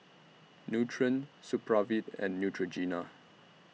Nutren Supravit and Neutrogena